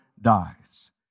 dies